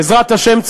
בעזרת השם,